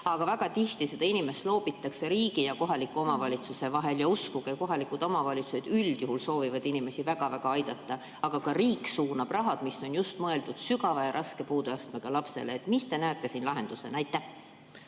aga väga tihti seda inimest loobitakse riigi ja kohaliku omavalitsuse vahel. Uskuge, kohalikud omavalitsused üldjuhul soovivad inimesi väga-väga aidata, aga ka riik suunab raha, mis on mõeldud just sügava ja raske puudeastmega lapsele. Mida teie näete siin lahendusena?